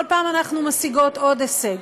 כל פעם אנחנו משיגות עוד הישג,